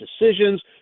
decisions